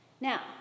Now